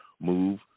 move